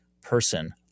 person